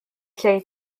lle